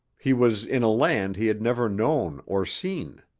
he was in a land he had never known or seen.